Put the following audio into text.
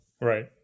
Right